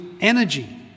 energy